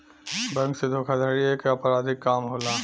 bank से धोखाधड़ी एक अपराधिक काम होला